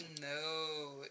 No